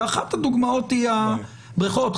ואחת הדוגמאות היא הבריכות.